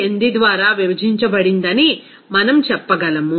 18 ద్వారా విభజించబడిందని మేము చెప్పగలం